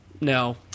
no